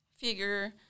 figure